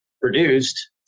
produced